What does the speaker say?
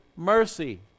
mercy